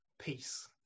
peace